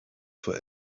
for